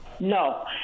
No